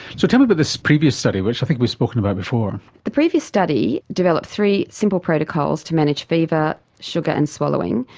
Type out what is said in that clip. so tell me about but this previous study, which i think we've spoken about before. the previous study developed three simple protocols to manage fever, sugar and swallowing,